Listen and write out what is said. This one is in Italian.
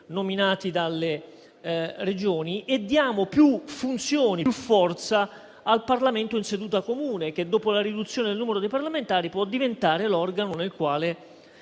nominati dalle Regioni. Diamo più funzioni e più forza al Parlamento in seduta comune, che, dopo la riduzione del numero dei parlamentari, può diventare l'organo nel quale